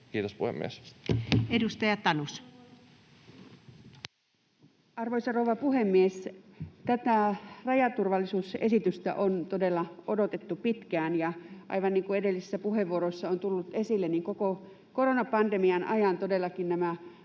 Time: 12:22 Content: Arvoisa rouva puhemies! Tätä rajaturvallisuusesitystä on todella odotettu pitkään, ja aivan niin kuin edellisissä puheenvuoroissa on tullut esille, koko koronapandemian ajan todellakin nämä